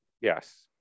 Yes